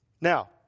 Now